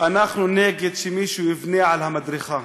אנחנו נגד שמישהו יבנה על המדרכה,